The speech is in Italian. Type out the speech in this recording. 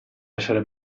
essere